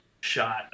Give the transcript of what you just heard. shot